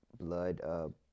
blood